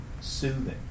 soothing